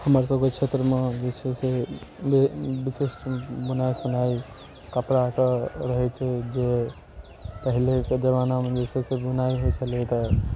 हमरसभके क्षेत्रमे जे छै से विशिष्ट बुनाइ सुनाइ कपड़ाके रहै छै जे पहिलेके जमानामे जे सभके बुनाइ होइ छलै तऽ